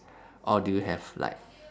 or do you have like